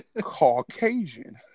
Caucasian